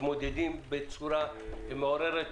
מתמודדים בצורה מעוררת